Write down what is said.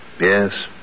Yes